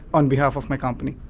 on behalf of my company.